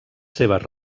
seves